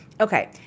Okay